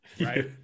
right